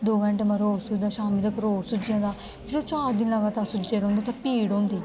दो घंटे जा मरो शामी तक और सुजदा त्रै चार दिन लगातार सुज्जे दा रौंहदा ते पीड़ होंदी